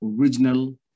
original